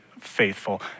faithful